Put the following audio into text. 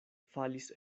falis